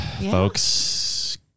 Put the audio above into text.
folks